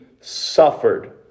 suffered